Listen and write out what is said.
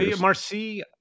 Marcy